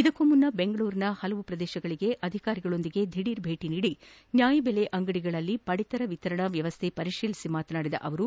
ಇದಕ್ಕೂ ಮುನ್ನ ಬೆಂಗಳೂರಿನ ವಿವಿಧ ಪ್ರದೇಶಗಳಿಗೆ ಅಧಿಕಾರಿಗಳೊಂದಿಗೆ ದಿಢೀರ್ ಭೇಟಿ ನೀಡಿ ನ್ಯಾಯಬೆಲೆ ಅಂಗಡಿಗಳಲ್ಲಿನ ಪಡಿತರ ವಿತರಣಾ ವ್ಯವಸ್ಥೆ ಪರಿಶೀಲಿಸಿ ಮಾತನಾಡಿದ ಅವರು